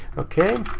okay!